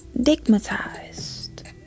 digmatized